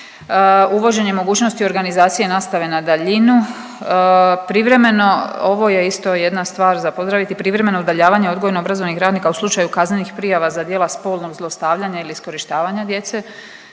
uvođenje mogućnosti organizacije nastave na daljinu. Privremeno ovo je isto jedna stvar za pozdraviti, privremeno udaljavanje odgojno-obrazovnih radnika u slučaju kaznenih prijava za djela spolnog zlostavljanja ili iskorištavanja djece.